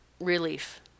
relief